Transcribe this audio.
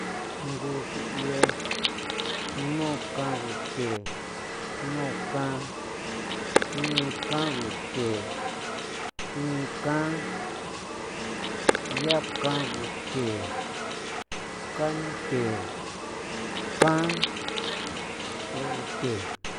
Jngu xru ie, nu kan guthe, nu kan, nii kan nguthe, jnii kan, yaa kan nguthe, kanthe kan luego the.